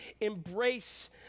embrace